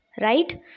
right